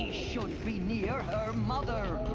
should be near her mother!